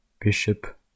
Bishop